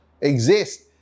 exist